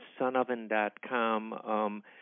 sunoven.com